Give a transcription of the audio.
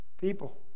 People